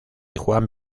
juan